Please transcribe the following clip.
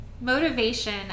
motivation